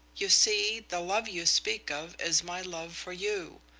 you see, the love you speak of is my love for you.